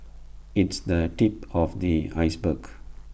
it's the tip of the iceberg